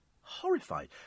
horrified